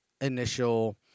initial